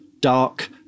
Dark